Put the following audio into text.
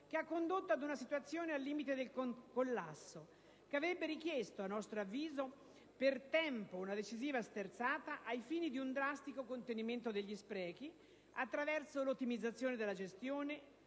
che ha condotto ad una situazione al limite del collasso, che avrebbe richiesto per tempo una decisiva sterzata ai fini di un drastico contenimento degli sprechi, attraverso l'ottimizzazione della gestione,